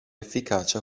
efficacia